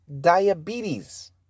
diabetes